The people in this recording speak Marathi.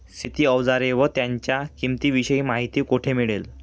शेती औजारे व त्यांच्या किंमतीविषयी माहिती कोठे मिळेल?